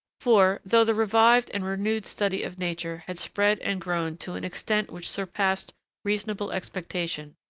for, though the revived and renewed study of nature had spread and grown to an extent which surpassed reasonable expectation,